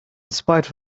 spite